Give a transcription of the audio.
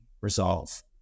resolve